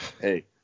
hey